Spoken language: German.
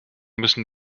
müssen